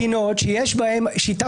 חבר כנסת אחד שיגיד משהו